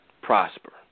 prosper